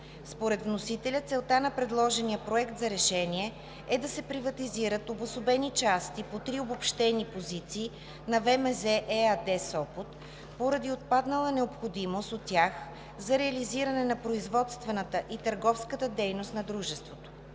Според вносителя целта на предложения Проект за решение е да се приватизират обособени части по три обобщени позиции от ВМЗ ЕАД Сопот поради отпаднала необходимост от тях за реализиране на производствената и търговската дейност на дружеството.